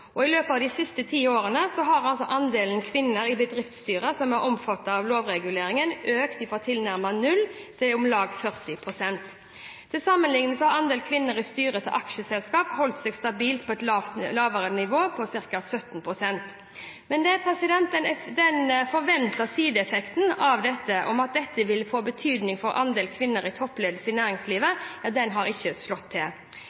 I løpet av de siste ti årene har andelen kvinner i bedriftsstyrer som er omfattet av lovreguleringen, økt fra tilnærmet null til om lag 40 pst. Til sammenligning har andelen kvinner i styrene til aksjeselskaper holdt seg stabilt på et lavere nivå, på ca. 17 pst. Den forventede sideeffekten av dette, at dette ville få betydning for andelen kvinner i toppledelsen i næringslivet, har ikke slått til.